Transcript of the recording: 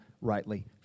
rightly